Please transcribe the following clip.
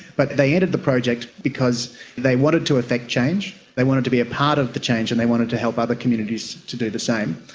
but they entered the project because they wanted to effect change, they wanted to be a part of the change and they wanted to help other communities to do the same.